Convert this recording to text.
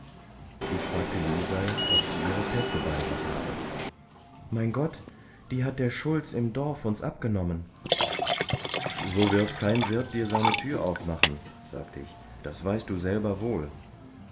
ich fragte lisei ob sie ihre pässe bei sich habe mein gott die hat der schulz im dorf uns abgenommen so wird kein wirt dir seine tür aufmachen sagte ich das weißt du selber wohl